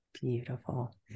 beautiful